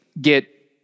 get